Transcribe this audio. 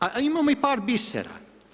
A imamo i par bisera.